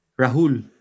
rahul